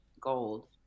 gold